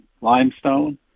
limestone